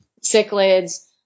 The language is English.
cichlids